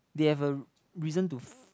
they have a reason to